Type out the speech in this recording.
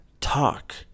talk